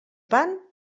van